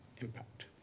impact